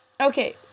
okay